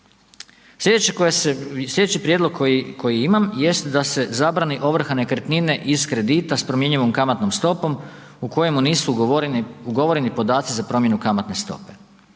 Slijedeći prijedlog koji imam jest da se zabrani ovrha nekretnine iz kredita s promjenljivom kamatnom stopom u kojemu nisu ugovoreni podaci za promjenu kamatne stope.